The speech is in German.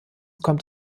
kommt